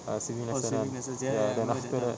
err swimming lesson kan ya then after that